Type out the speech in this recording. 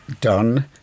done